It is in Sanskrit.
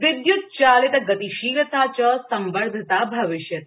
विद्य्त चालित गतिशीलता च संवर्धिता भविष्यति